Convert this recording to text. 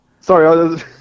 sorry